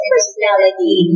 Personality